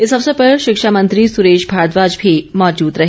इस अवसर पर शिक्षा मंत्री सुरेश भारद्वाज भी मौजूद रहे